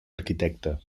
arquitecte